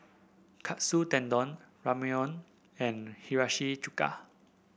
Katsu Tendon Ramyeon and Hiyashi Chuka